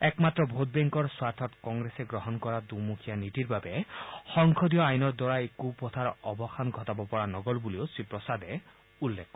একমাত্ৰ ভোট বেংকৰ স্বাৰ্থত কংগ্ৰেছে গ্ৰহণ কৰা দুমুখীয়া নীতিৰ বাবে সংসদীয় আইনৰ দ্বাৰা এই কুপ্ৰথাৰ অৱসান ঘটাব পৰা নগ'ল বুলিও শ্ৰীপ্ৰসাদে উল্লেখ কৰে